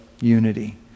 unity